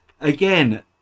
again